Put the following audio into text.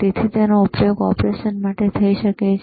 તેથી તેનો ઉપયોગ ઓપરેશન માટે થઈ શકે છે